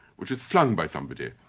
which is flung by somebody,